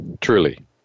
truly